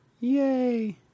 Yay